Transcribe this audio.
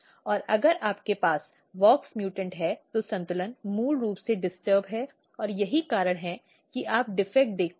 और अगर आपके पास WOX म्यूटेंट है तो संतुलन मूल रूप से डिस्टर्ब है और यही कारण है कि आप डीफेक्ट देखते हैं